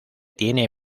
tiene